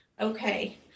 okay